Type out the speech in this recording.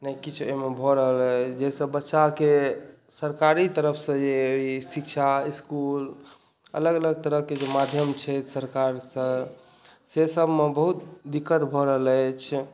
नहि किछु एहिमे भऽ रहल अछि जाहिसँ बच्चाकेँ सरकारी तरफसँ जे ई शिक्षा इस्कुल अलग अलग तरहके जे माध्यम छथि सरकारसँ से सभमे बहुत दिक्कत भऽ रहल अछि